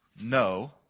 no